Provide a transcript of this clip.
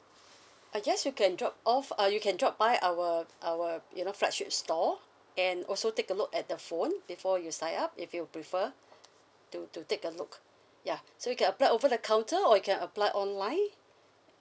uh yes you can drop off uh you can drop by our our you know flagship store and also take a look at the phone before you sign up if you prefer to to take a look ya so you can apply over the counter or you can apply online